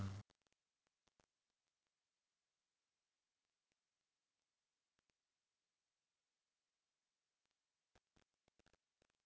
ya